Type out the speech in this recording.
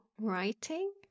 writing